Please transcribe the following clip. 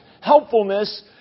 helpfulness